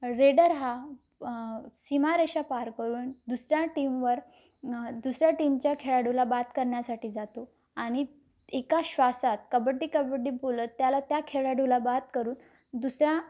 raider हा सीमा रेषा पार करून दुसऱ्या टीमवर दुसऱ्या टीमच्या खेळाडूला बाद करण्यासाठी जातो आणि एका श्वासात कबड्डी कबड्डी बोलत त्याला त्या खेळाडूला बाद करून दुसऱ्या